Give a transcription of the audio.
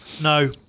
No